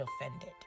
offended